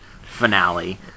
finale